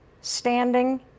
standing